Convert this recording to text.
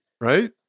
right